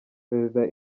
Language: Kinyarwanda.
perezida